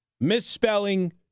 Misspelling